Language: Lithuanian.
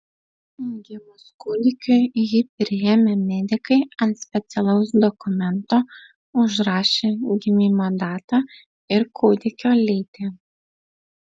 gimus kūdikiui jį priėmę medikai ant specialaus dokumento užrašė gimimo datą ir kūdikio lytį